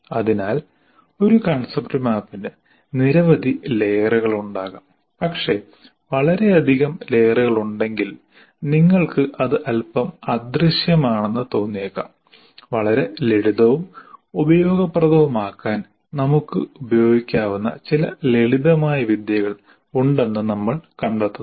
അതിനാൽ ഒരു കൺസെപ്റ്റ് മാപ്പിന് നിരവധി ലെയറുകളുണ്ടാകാം പക്ഷേ വളരെയധികം ലെയറുകളുണ്ടെങ്കിൽ നിങ്ങൾക്ക് അത് അൽപ്പം അദൃശ്യമാണെന്ന് തോന്നിയേക്കാം വളരെ ലളിതവും ഉപയോഗപ്രദവുമാക്കാൻ നമുക്ക് ഉപയോഗിക്കാവുന്ന ചില ലളിതമായ വിദ്യകൾ ഉണ്ടെന്ന് നമ്മൾ കണ്ടെത്തുന്നു